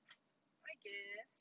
I guess